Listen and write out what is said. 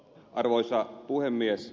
arvoisa puhemies